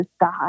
God